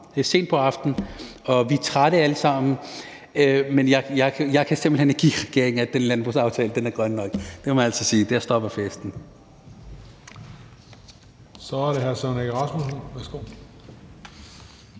det er sent på aftenen, og vi er trætte alle sammen, men jeg kan simpelt hen ikke give regeringen, at den landbrugsaftale er grøn nok. Det må jeg altså sige; der stopper festen. Kl. 21:54 Den fg.